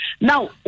Now